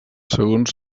segons